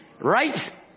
Right